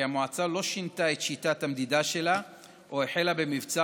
המועצה לא שינתה את שיטת המדידה שלה או החלה במבצע